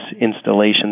installation